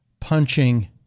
punching